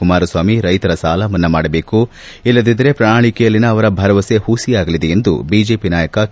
ಕುಮಾರಸ್ವಾಮಿ ರೈತರ ಸಾಲ ಮನ್ನಾ ಮಾಡಬೇಕು ಇಲ್ಲದಿದ್ದರೆ ಪ್ರಣಾಳಿಕೆಯಲ್ಲಿನ ಅವರ ಭರವಸೆ ಹುಸಿಯಾಗಲಿದೆ ಎಂದು ಬಿಜೆಪಿ ನಾಯಕ ಕೆ